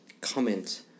comment